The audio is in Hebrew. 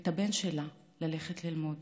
ואת הבן שלה ללכת ללמוד.